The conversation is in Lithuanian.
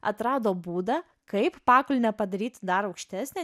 atrado būdą kaip pakulnę padaryti dar aukštesnę